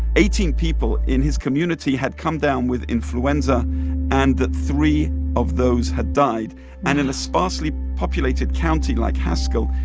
eighteen people in his community had come down with influenza and that three of those had died wow and in a sparsely populated county like haskell,